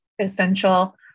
essential